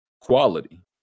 quality